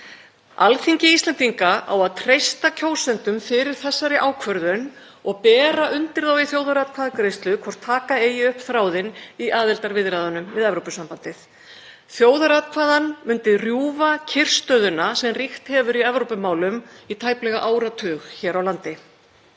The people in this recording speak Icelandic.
Alþingi Íslendinga á að treysta kjósendum fyrir þessari ákvörðun og bera undir þá í þjóðaratkvæðagreiðslu hvort taka eigi upp þráðinn í aðildarviðræðunum við Evrópusambandið. Þjóðaratkvæðagreiðsla myndi rjúfa kyrrstöðuna sem ríkt hefur í Evrópumálum í tæplega áratug hér á landi.